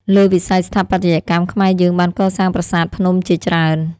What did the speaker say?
លើវិស័យស្ថាបត្យកម្ម ខ្មែរយើងបានកសាងប្រាសាទភ្នំជាច្រើន។